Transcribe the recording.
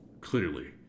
Clearly